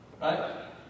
right